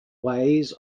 ways